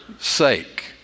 sake